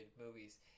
movies